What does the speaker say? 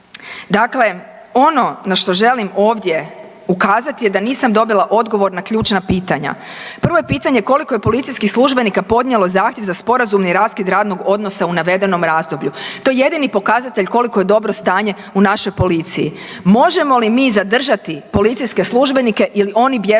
Dakle, ono na što želim ovdje ukazati je da nisam dobila odgovor na ključna pitanja. Prvo je pitanje koliko je policijskih službenika podnijelo zahtjev za sporazumni raskid radnog odnosa u navedenom razdoblju? To je jedini pokazatelj koliko je dobro stanje u našoj policiji. Možemo li mi zadržati policijske službenike ili oni bježe